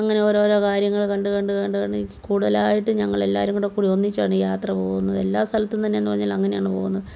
അങ്ങനെ ഓരോരോ കാര്യങ്ങൾ കണ്ട് കണ്ട് കണ്ട് കണ്ട് കൂടുതലായിട്ട് ഞങ്ങളെല്ലാവരും കൂടെക്കൂടി ഒന്നിച്ചാണ് യാത്ര പോകുന്നത് എല്ലാ സ്ഥലത്തും തന്നെയെന്നു പറഞ്ഞാൽ അങ്ങനെയാണ് പോകുന്നത്